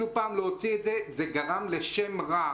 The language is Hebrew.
זה גרם לשם רע.